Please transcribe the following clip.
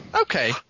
Okay